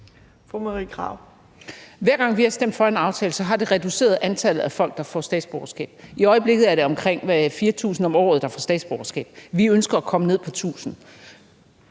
Hver gang vi har stemt for en aftale, har det reduceret antallet af folk, der får statsborgerskab. I øjeblikket er det omkring 4.000 om året, der får statsborgerskab. Vi ønsker at komme ned på 1.000